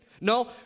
No